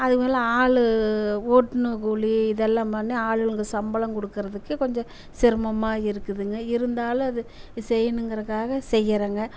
அதுக்கு மேலே ஆள் ஓட்டுன கூலி இதெல்லாம் பண்ணி ஆளுங்களுக்கு சம்பளம் கொடுக்குறதுக்கே கொஞ்சம் சிரமம்மாக இருக்குதுங்க இருந்தாலும் அது செய்யணுங்கிறதுக்காக செய்யுறோங்க